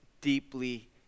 deeply